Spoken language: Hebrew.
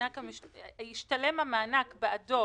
ישתלם המענק בעדו